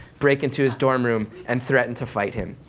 break into his dorm room, and threaten to fight him.